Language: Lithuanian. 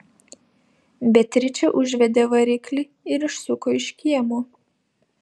beatričė užvedė variklį ir išsuko iš kiemo